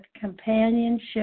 companionship